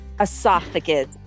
esophagus